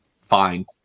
fine